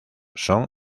son